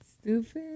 Stupid